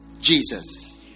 Jesus